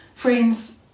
Friends